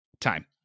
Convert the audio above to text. time